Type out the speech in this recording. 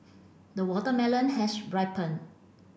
the watermelon has ripened